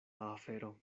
afero